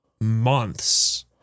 months